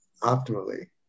optimally